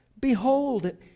Behold